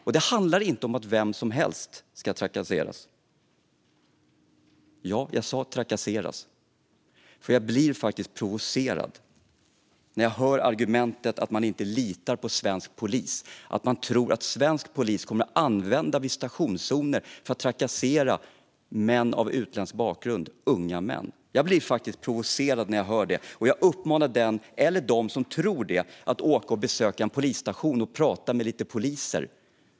Och det handlar inte om att vem som helst ska trakasseras - ja, jag sa "trakasseras", för jag blir faktiskt provocerad när jag hör argumentet att man inte litar på svensk polis. Man tror att svensk polis kommer att använda visitationszoner för att trakassera unga män med utländsk bakgrund. Jag blir provocerad när jag hör detta, och jag uppmanar den eller de som tror det att åka och besöka en polisstation och prata med några poliser.